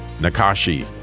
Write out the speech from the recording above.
Nakashi